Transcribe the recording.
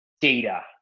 data